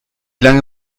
lange